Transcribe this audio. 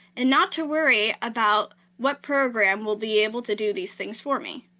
and not to worry about what program will be able to do these things for me.